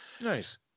Nice